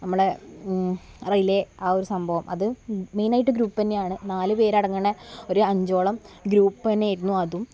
നമ്മളെ റിലേ ആ ഒരു സംഭവം അത് മെയിനായിട്ട് ഗ്രൂപ്പ് തന്നെയാണ് നാല് പേര് അടങ്ങുന്ന ഒരു അഞ്ചോളം ഗ്രൂപ്പ് തന്നെയായിരുന്നു അതും